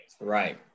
Right